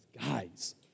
guys